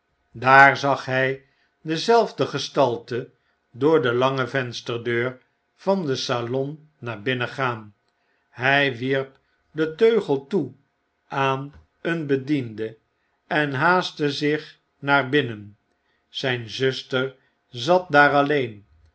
daar zag hij dezelfde gestalte d or de lange vensterdeur van de salon naar binnen gaan hij wierp den teugel toe aan een bediende enhaastte zich naar binnen zijn zuster zat daar